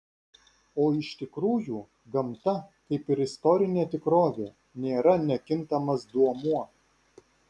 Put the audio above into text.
o iš tikrųjų gamta kaip ir istorinė tikrovė nėra nekintamas duomuo